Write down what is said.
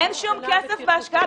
אין שום כסף בהשקעה?